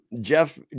Jeff